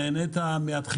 כל תעשיית ההייטק.